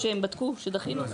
לא, שהם בדקו, שדחינו.